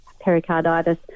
pericarditis